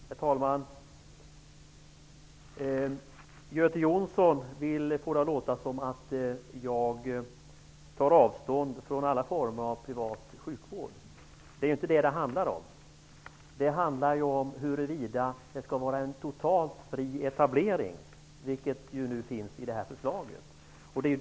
Herr talman! Göte Jonsson vill få det att låta som om jag tar avstånd från alla former av privat sjukvård. Det handlar inte om det. Det handlar om huruvida det skall vara en totalt fri etablering, vilket föreslås i det här betänkandet.